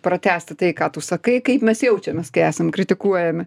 pratęsti tai ką tu sakai kaip mes jaučiamės kai esam kritikuojami